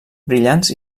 brillants